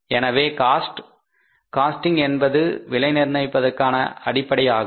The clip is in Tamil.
எனவே காஸ்டிங் என்பது விலை நிர்ணயிப்பதற்கான அடிப்படை ஆகும்